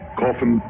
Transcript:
coffin